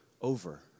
over